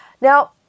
Now